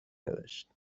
نوشت